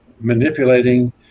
manipulating